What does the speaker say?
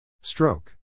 stroke